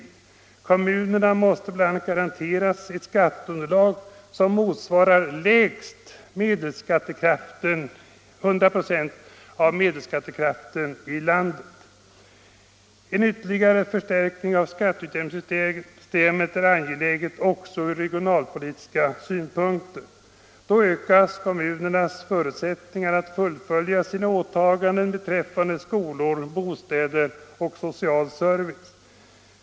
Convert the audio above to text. Alla kommuner måste garanteras ett skatteunderlag som motsvarar lägst 100 96 av medelskattekraften i landet. En ytterligare förstärkning av skatteutjämningssystemet är angelägen också av regionalpolitiska skäl. Därigenom ökar kommunernas förutsättningar att fullfölja sina åligganden beträffande skolor, bostäder och social service.